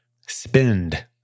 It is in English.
spend